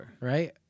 right